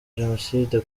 jenoside